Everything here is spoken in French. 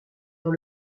dans